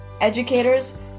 educators